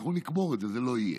אנחנו נקבור את זה, זה לא יהיה.